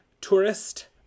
tourist